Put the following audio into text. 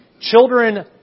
Children